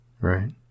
right